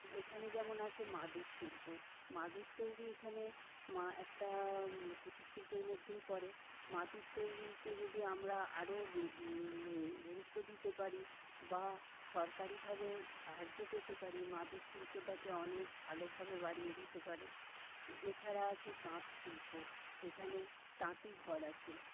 এখানে যেমন আছে মাদুর শিল্প মাদুর তৈরি এখানে মা একটা কুটির শিল্পের মধ্যেই পড়ে মাদুর তৈরিকে যদি আমরা আরও গুরুত্ব দিতে পারি বা সরকারিভাবে সাহায্য পেতে পারি মাদুর শিল্পটাকে অনেক ভালোভাবে বাড়িয়ে দিতে পারে এছাড়া আছে তাঁত শিল্প এখানে তাঁতি ঘর আছে